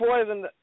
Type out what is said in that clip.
Poison